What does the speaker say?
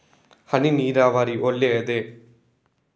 ಹನಿ ನೀರಾವರಿ ಒಳ್ಳೆಯದೇ?